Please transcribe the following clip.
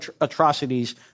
atrocities